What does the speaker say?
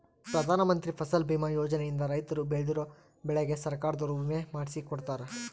ಪ್ರಧಾನ ಮಂತ್ರಿ ಫಸಲ್ ಬಿಮಾ ಯೋಜನೆ ಇಂದ ರೈತರು ಬೆಳ್ದಿರೋ ಬೆಳೆಗೆ ಸರ್ಕಾರದೊರು ವಿಮೆ ಮಾಡ್ಸಿ ಕೊಡ್ತಾರ